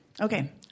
Okay